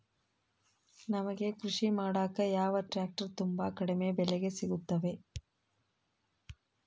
ನಮಗೆ ಕೃಷಿ ಮಾಡಾಕ ಯಾವ ಟ್ರ್ಯಾಕ್ಟರ್ ತುಂಬಾ ಕಡಿಮೆ ಬೆಲೆಗೆ ಸಿಗುತ್ತವೆ?